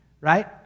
right